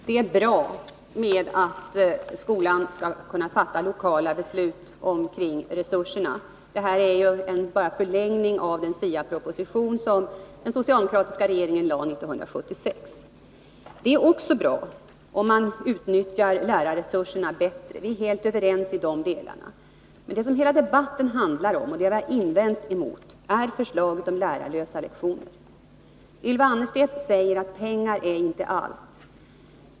Herr talman! Det är bra att skolan skall kunna fatta lokala beslut kring resurserna. Detta är bara en förlängning av den SIA-proposition som den socialdemokratiska regeringen lade fram 1976. Det är också bra om man utnyttjar lärarresurserna bättre. Vi är helt överens i de delarna. Men det som hela debatten handlar om, och det vi har invänt mot, är förslaget om lärarlösa lektioner. Ylva Annerstedt säger att pengar inte är allt.